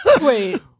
Wait